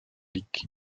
dick